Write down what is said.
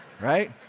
Right